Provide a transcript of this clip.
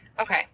Okay